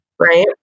right